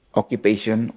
occupation